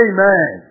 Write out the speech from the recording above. Amen